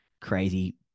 crazy